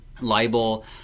libel